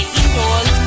indoors